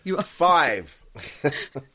five